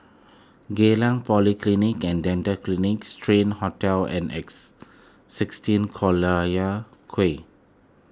Geylang Polyclinic and Dental Clinic Strand Hotel and X sixteen Collyer Quay